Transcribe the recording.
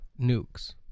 nukes